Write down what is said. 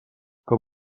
com